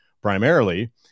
Primarily